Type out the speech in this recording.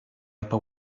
upper